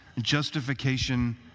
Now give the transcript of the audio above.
justification